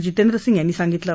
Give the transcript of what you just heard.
जितेंद्रसिंह यांनी सांगितलं